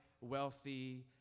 wealthy